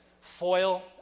Foil